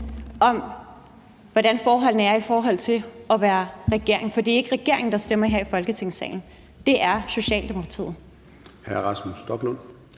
bag, hvordan forholdene er i forhold til at være i regering. For det er ikke regeringen, der stemmer her i Folketingssalen. Det er Socialdemokratiet.